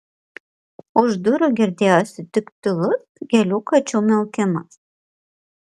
už durų girdėjosi tik tylus kelių kačių miaukimas